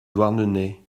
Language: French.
douarnenez